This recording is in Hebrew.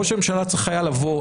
ראש הממשלה צריך היה לבוא,